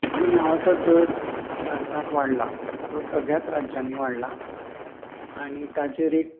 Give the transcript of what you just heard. गुन्यांवाचो दर भारतांत वाडला तो सगळ्यात राज्यांनी वाडला आनी ताचेर एक